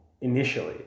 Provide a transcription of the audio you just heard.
initially